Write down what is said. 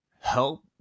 help